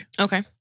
Okay